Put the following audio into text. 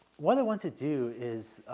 what i want to do is,